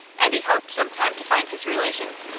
and he hoped some time to find his relations.